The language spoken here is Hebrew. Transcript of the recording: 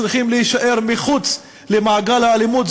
צריכים להישאר מחוץ למעגל האלימות.